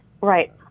Right